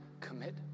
commit